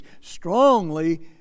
STRONGLY